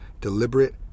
deliberate